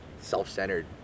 self-centered